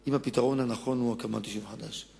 אם הפתרון הנכון הוא הקמת יישוב חדש.